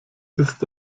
ist